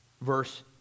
verse